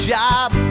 job